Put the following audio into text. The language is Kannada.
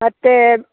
ಮತ್ತು